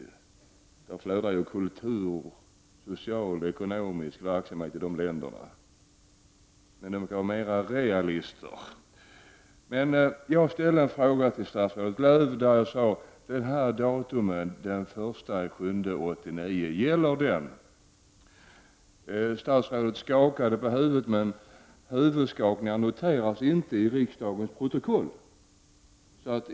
I Europas länder flödar ju kulturell, social och ekonomisk verksamhet. Men man kan vara mer av realist! Jag ställde en fråga till statsrådet Lööw, nämligen om datumet den 1 juli 1989 gäller. Statsrådet skakade på huvudet, men huvudskakningar noteras inte i riksdagens protokoll.